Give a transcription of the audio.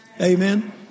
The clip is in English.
Amen